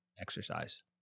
exercise